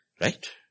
Right